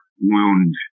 wound